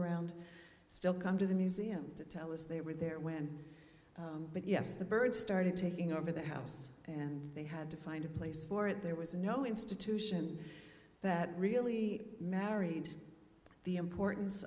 around still come to the museum to tell us they were there when but yes the bird started taking over the house and they had to find a place for it there was no institution that really married the importance